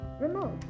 remote